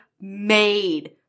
made